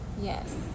Yes